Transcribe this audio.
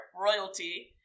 royalty